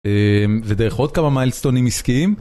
ודרך עוד כמה מיילסטונים עסקים.